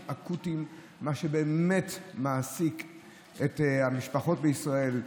אקוטיים שבאמת מעסיקים את המשפחות בישראל,